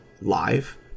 live